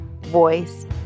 voice